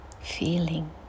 feeling